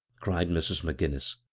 cried mrs. mcginnis,